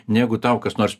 negu tau kas nors